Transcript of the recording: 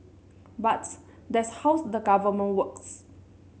but that's how the Government works